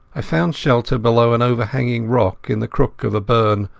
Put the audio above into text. i found shelter below an overhanging rock in the crook of a burn,